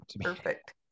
Perfect